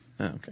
Okay